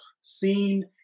seen